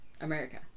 America